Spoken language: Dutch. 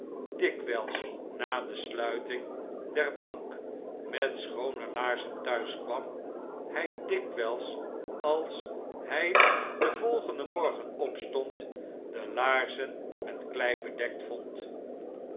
dikwijls na de sluiting der bank met schoone laarzen thuis kwam hij dikwijls als hij den volgenden morgen opstond die laarzen met klei bedekt vond